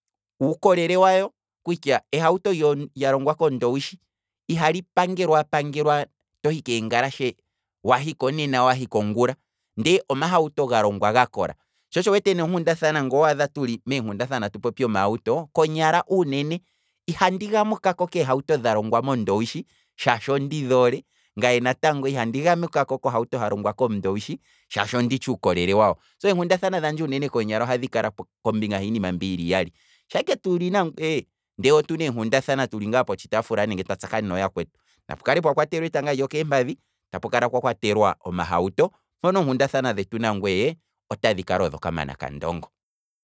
Uukolele walyo kutya, ehauto lya longwa kondowishi ihali pangelwa pangelwa tohi keengalashe, wahiko nena wahiko ngula, ndee omahuto ga longwa ga kola sho sho wu wete neenkundathana ngoo wadha tuli meenkundathana atu popi omauto, konyala unene, ihandi gamukako keehauto dha longwa mondowishi shaashi ondi dhoole ngaye natangoihandi gamukako kohauto ha longwa komundowishi, shaashi onditshi uukolele waho, so eenkundathana dhandje uunene konyala ohadhi kala pokati kiinima mbi yili iyali, sha ike tuli nangwee ndee otuna eenkundathana tuli ngaa potshi taafula nenge twa tsakanena nooyakwetu, napu kale pwa kwatelwa etanga lyokeempadhi tapu kala pwa kwatelwa omahuto, opo nee enkundathana dhetu nangwe otadhi kala odho kamana kandongo.